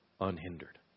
unhindered